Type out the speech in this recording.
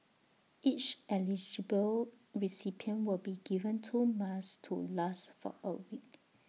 each eligible recipient will be given two masks to last for A week